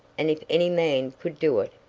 and if any man could do it,